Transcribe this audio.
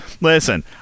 Listen